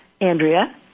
Andrea